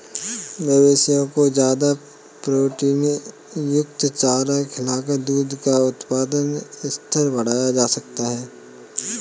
मवेशियों को ज्यादा प्रोटीनयुक्त चारा खिलाकर दूध का उत्पादन स्तर बढ़ाया जा सकता है